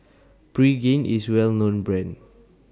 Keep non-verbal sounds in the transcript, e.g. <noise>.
Pregain IS Well known Brand <noise>